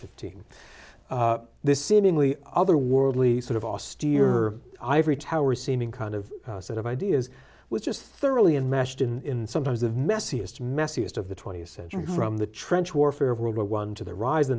fifteen this seemingly otherworldly sort of austere ivory tower seeming kind of set of ideas was just thoroughly and mashed in some times of messiest messiest of the twentieth century from the trench warfare of world war one to the ri